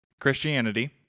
Christianity